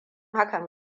hakan